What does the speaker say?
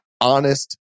honest